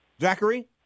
Zachary